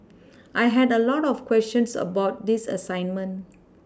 I had a lot of questions about this assignment